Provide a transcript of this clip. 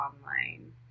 online